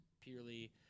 purely